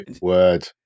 word